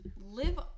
live